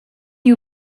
you